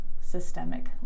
systemic